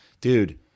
dude